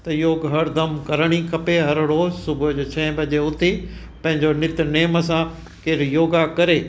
त योग हरदम करण ई खपे हर रोज़ु सुबुह जो छह बजे उथी पंहिंजो नितनेम सां केरु योगा करे